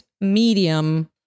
medium